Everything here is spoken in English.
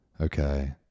Okay